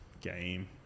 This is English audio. game